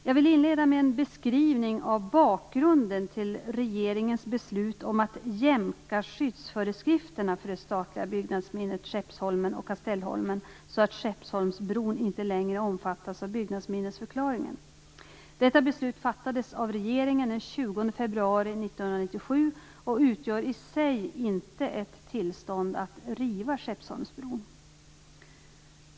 Jag vill inleda med en beskrivning av bakgrunden till regeringens beslut om att jämka skyddsföreskrifterna för det statliga byggnadsminnet Skeppsholmen och Kastellholmen så att Skeppsholmsbron inte längre omfattas av byggnadsminnesförklaringen. Detta beslut fattades av regeringen den 20 februari 1997 och utgör i sig inte ett tillstånd att riva Skeppsholmsbron.